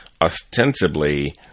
ostensibly